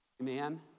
amen